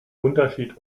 unterschied